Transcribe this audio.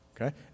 Okay